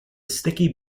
sticky